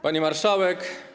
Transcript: Pani Marszałek!